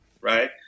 right